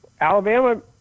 Alabama